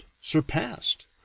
surpassed